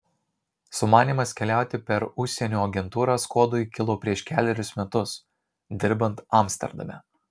sumanymas keliauti per užsienio agentūrą skuodui kilo prieš kelerius metus dirbant amsterdame